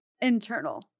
internal